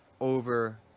over